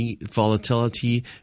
volatility